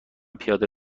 پیاده